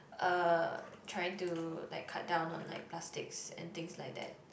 uh trying to like cut down on like plastics and things like that